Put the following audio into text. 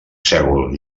sègol